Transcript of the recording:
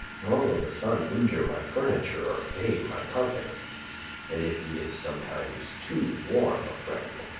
nor will the sun injure my furniture or fade my carpet and if he is sometimes too warm a friend,